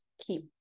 keep